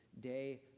day